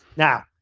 now,